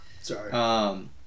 Sorry